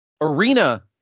arena